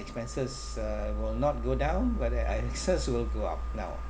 expenses uh will not go down where there are access will go up now